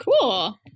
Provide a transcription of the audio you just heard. cool